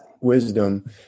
wisdom